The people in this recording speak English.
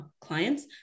clients